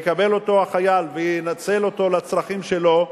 שהחייל יקבל אותו וינצל אותו לצרכים שלו.